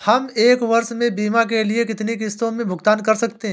हम एक वर्ष में बीमा के लिए कितनी किश्तों में भुगतान कर सकते हैं?